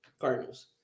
Cardinals